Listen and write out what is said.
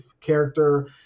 character